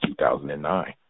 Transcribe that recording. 2009